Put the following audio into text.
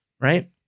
right